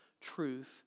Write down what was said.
truth